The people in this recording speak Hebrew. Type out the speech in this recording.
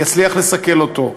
יצליח לסכל אותו.